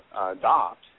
adopt